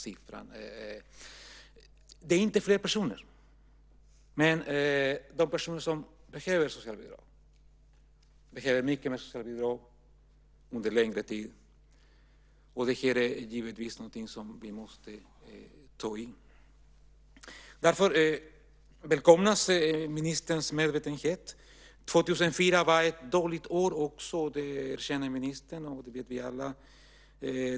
Det handlar inte om fler personer som behöver socialbidrag, men de som behöver det behöver mycket mer och under längre tid. Det är givetvis något som vi måste ta tag i. Därför välkomnas ministerns medvetenhet. 2004 var ett dåligt år, det vet vi alla och det erkänner också ministern.